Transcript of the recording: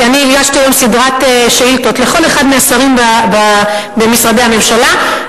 כי אני הגשתי היום סדרת שאילתות לכל אחד מהשרים במשרדי הממשלה,